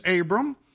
Abram